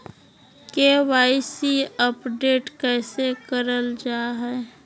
KYC update कैसे करल जाहै?